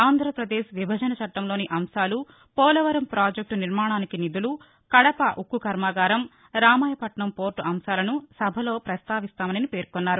ఆంధ్రప్రదేశ్ విభజన చట్లంలోని అంశాలు పోలవరం ప్రాజెక్ల నిర్మాణానికి నిధులు కడప ఉక్కు కర్మాగారం రామాయపట్నం పోర్లు అంశాలను సభలో ప్రస్దావిస్తానని పేర్కొన్నారు